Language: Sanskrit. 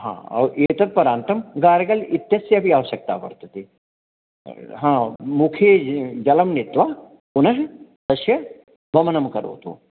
हा और् एतत् परान्तं गार्गल् इत्यस्य अपि आवश्यकता वर्तते हा मुखे जलं नीत्वा पुनः तस्य वमनं करोतु